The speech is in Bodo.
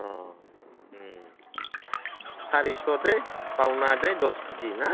अ सारिस' दै बावनो नाङा दै दस केजि ना